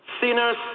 Sinners